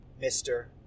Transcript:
mister